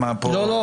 לא.